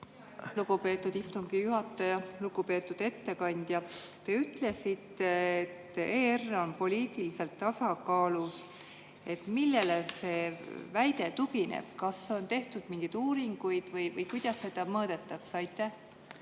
Lugupeetud istungi juhataja! Lugupeetud ettekandja! Te ütlesite, et ERR on poliitiliselt tasakaalus. Millele see väide tugineb? Kas on tehtud mingeid uuringuid või kuidas seda mõõdetakse?